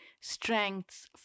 strengths